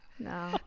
No